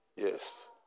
Yes